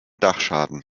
dachschaden